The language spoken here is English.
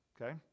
okay